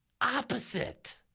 opposite